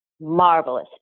marvelous